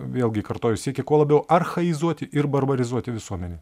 vėlgi kartoju siekė kuo labiau archaizuoti ir barbarizuoti visuomenę